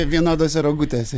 vienodose rogutėse